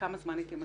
כמה זמן היא תימשך?